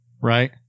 Right